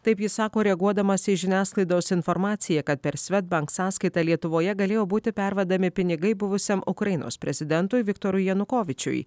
taip jis sako reaguodamas į žiniasklaidos informaciją kad per svedbank sąskaitą lietuvoje galėjo būti pervedami pinigai buvusiam ukrainos prezidentui viktorui janukovyčiui